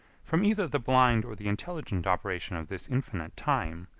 from either the blind or the intelligent operation of this infinite time,